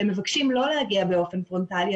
לא להגיע באופן פרונטלי.